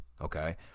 okay